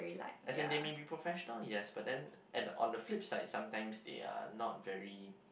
as in they may be professional yes but then and on the flip side sometimes they are not very